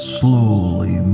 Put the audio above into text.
slowly